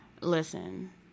Listen